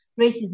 racism